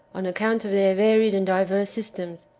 on account of their varied and diverse systems,